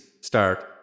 start